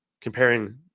comparing